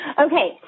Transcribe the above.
Okay